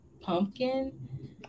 pumpkin